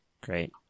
Great